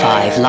Five